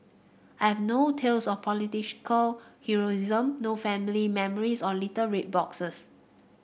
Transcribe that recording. I have no tales of heroism no family memories or little red boxes